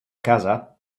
casa